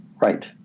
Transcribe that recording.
Right